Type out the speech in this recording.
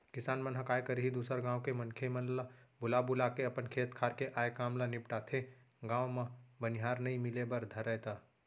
किसान मन ह काय करही दूसर गाँव के मनखे मन ल बुला बुलाके अपन खेत खार के आय काम ल निपटाथे, गाँव म बनिहार नइ मिले बर धरय त